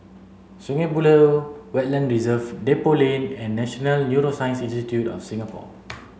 Sungei Buloh Wetland Reserve Depot Lane and National Neuroscience Institute of Singapore